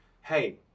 hey